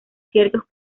ciertos